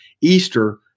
Easter